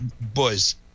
boys